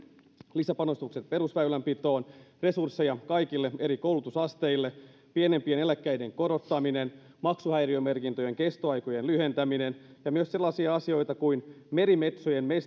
lisäpanostukset perusväylänpitoon resursseja kaikille eri koulutusasteille pienimpien eläkkeiden korottaminen maksuhäiriömerkintöjen kestoaikojen lyhentäminen ja myös sellaisia asioita kuin merimetsojen